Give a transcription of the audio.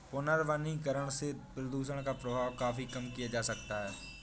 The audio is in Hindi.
पुनर्वनीकरण से प्रदुषण का प्रभाव काफी कम किया जा सकता है